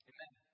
Amen